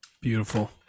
Beautiful